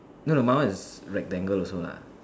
no no my one is rectangle also lah